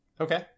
Okay